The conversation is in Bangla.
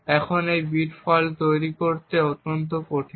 এখন প্রথম এই বিট ফল্ট তৈরি করা অত্যন্ত কঠিন